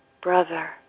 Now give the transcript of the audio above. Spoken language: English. Brother